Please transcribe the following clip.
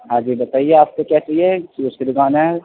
ہاں جی بتائیے آپ کو کیا چاہیے شوز کی دُکان ہے